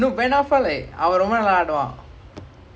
then they have also kushen lee also like kushen lee also